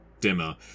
dimmer